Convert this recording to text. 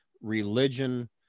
religion